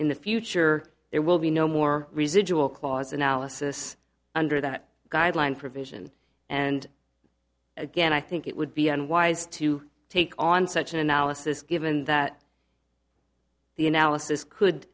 in the future there will be no more residual clause analysis under that guideline provision and again i think it would be unwise to take on such an analysis given that the analysis could